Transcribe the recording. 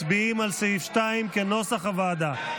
מצביעים על סעיף 2 כנוסח הוועדה.